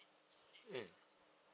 mm